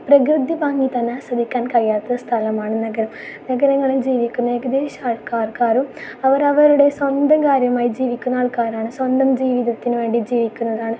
പ്രകൃതി ഭംഗി തന്നെ ആസ്വദിക്കാൻ കഴിയാത്ത സ്ഥലമാണ് നഗരം നഗരങ്ങളിൽ ജീവിക്കുന്ന ഏകദേശം ആൾക്കാർക്കാരും അവരവരുടെ സ്വന്തം കാര്യമായി ജീവിക്കുന്ന ആൾക്കാരാണ് സ്വന്തം ജീവിതത്തിനു വേണ്ടി ജീവിക്കുന്നതാണ്